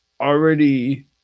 already